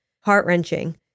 heart-wrenching